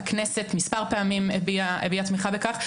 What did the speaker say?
הכנסת מספר פעמים הביעה תמיכה בכך,